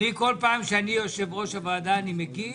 אני כל פעם שאני יושב-ראש הוועדה, אני מגיב,